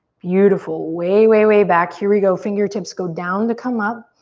beautiful, way, way, way back. here we go. fingertips go down to come up.